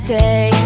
day